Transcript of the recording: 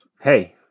hey